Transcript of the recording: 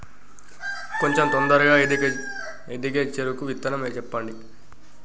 కొంచం తొందరగా ఎదిగే చెరుకు విత్తనం చెప్పండి?